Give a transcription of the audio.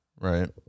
Right